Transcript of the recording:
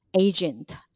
agent